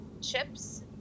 chips